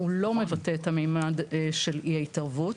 הוא לא מבטא את הממד של אי ההתערבות